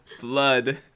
blood